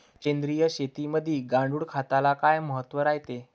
सेंद्रिय शेतीमंदी गांडूळखताले काय महत्त्व रायते?